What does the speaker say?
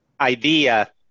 idea